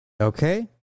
Okay